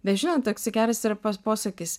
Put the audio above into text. bet žinot toksai geras yra posakis